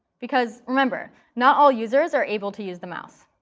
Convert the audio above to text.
because, remember, not all users are able to use the mouse.